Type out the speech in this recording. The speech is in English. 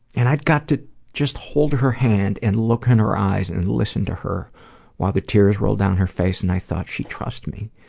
and i got to just hold her hand and look in her eyes and listen to her while the tears rolled down her face. and i thought, she trusts me.